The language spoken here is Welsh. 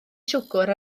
siwgr